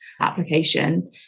application